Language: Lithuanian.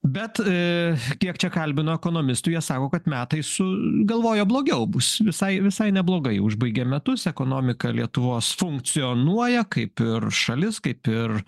bet a kiek čia kalbino ekonomistų jie sako kad metai su galvojo blogiau bus visai visai neblogai užbaigiam metus ekonomika lietuvos funkcionuoja kaip ir šalis kaip ir